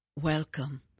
Welcome